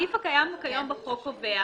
הסעיף הקיים בחוק קובע